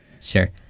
sure